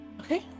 Okay